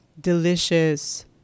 delicious